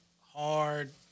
hard